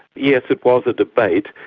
yes, it was a debate,